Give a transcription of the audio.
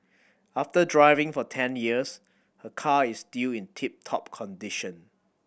after driving for ten years her car is still in tip top condition